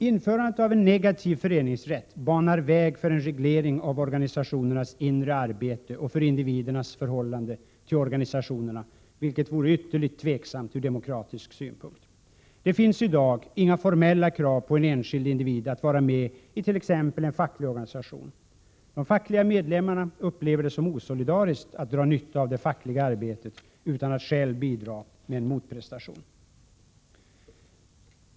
Införandet av en negativ föreningsrätt banar väg för en reglering av organisationernas inre arbete och för individernas förhållande till organisationerna, vilket vore ytterligt tvivelaktigt ur demokratisk synpunkt. Det finns i dag inga formella krav på en enskild individ att vara med it.ex. en facklig organisation. De fackliga medlemmarna upplever det som osolidariskt att dra nytta av det fackliga arbetet utan att själva bidra med en motprestation.